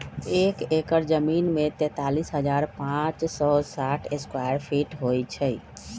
एक एकड़ जमीन में तैंतालीस हजार पांच सौ साठ स्क्वायर फीट होई छई